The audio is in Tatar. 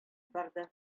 барды